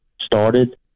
started